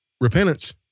repentance